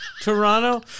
Toronto